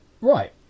Right